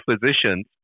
physicians